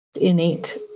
innate